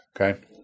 Okay